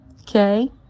okay